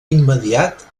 immediat